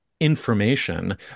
Information